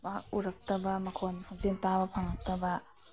ꯄꯥꯛ ꯎꯔꯛꯇꯕ ꯃꯈꯣꯟ ꯈꯣꯟꯖꯦꯟ ꯇꯥꯕ ꯐꯪꯉꯛꯇꯕ